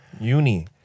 Uni